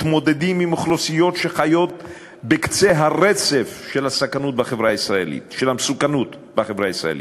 מתמודדים עם אוכלוסיות שחיות בקצה הרצף של המסוכנות בחברה הישראלית.